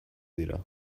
dira